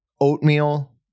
Oatmeal